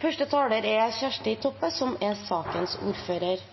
er lite som er